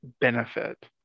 benefit